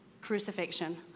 crucifixion